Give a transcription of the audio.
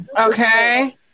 Okay